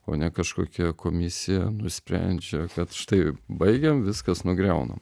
o ne kažkokia komisija nusprendžia kad štai baigiam viskas nugriaunam